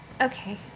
Okay